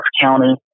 County